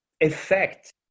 effect